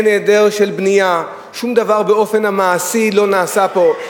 יש היעדר בנייה, באופן מעשי שום דבר לא נעשה פה.